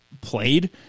played